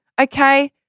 Okay